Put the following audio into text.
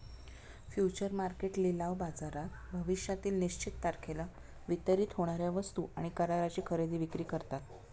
future market लिलाव बाजारात भविष्यातील निश्चित तारखेला वितरित होणार्या वस्तू आणि कराराची खरेदी विक्री करतात